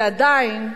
ועדיין,